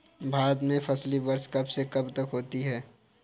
भारत में फसली वर्ष कब से कब तक होता है?